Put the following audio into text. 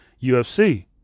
UFC